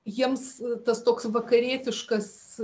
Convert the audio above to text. jiems tas toks vakarietiškas